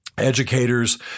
Educators